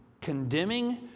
condemning